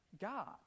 God